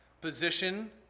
Position